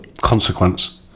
consequence